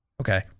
Okay